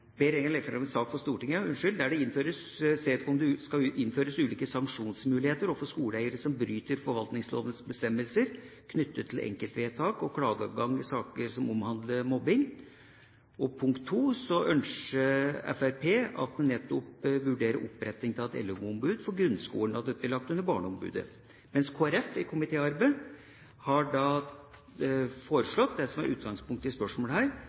ber regjeringen legge frem en sak for Stortinget der det innføres ulike sanksjonsmuligheter overfor skoleeiere som bryter forvaltningslovens bestemmelser knyttet til enkeltvedtak, og klageadgang i saker som omhandler mobbing.» Som punkt 2 ønsker Fremskrittspartiet at regjeringa vurderer oppretting av et elevombud for grunnskolen, og at det blir lagt under Barneombudet. Kristelig Folkeparti foreslo i komitéarbeidet det som er spørsmålet her,